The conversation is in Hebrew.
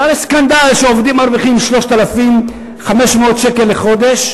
זה הרי סקנדל שעובדים מרוויחים 3,500 שקל לחודש